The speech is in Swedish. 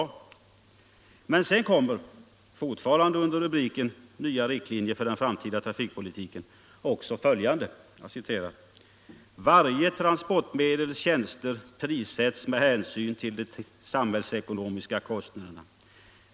Men litet längre fram kommer — fortfarande under rubriken Nya riktlinjer för den framtida trafikpolitiken — följande: ”Så sker om varje transportmedels tjänster prissätts med hänsyn till de samhällsekonomiska kostnaderna.